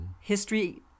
History